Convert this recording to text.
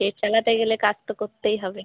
পেট চালাতে গেলে কাজ তো করতেই হবে